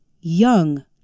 young